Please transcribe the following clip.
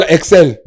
Excel